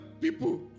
people